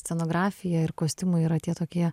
scenografija ir kostiumai yra tie tokie